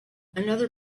another